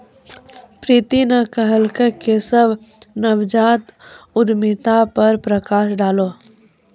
प्रीति न कहलकै केशव नवजात उद्यमिता पर प्रकाश डालौ